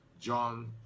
John